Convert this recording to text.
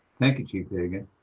thank you, chief hagan.